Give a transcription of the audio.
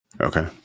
Okay